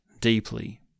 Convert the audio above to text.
deeply